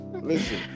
Listen